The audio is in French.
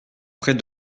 près